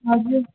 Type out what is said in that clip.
हजुर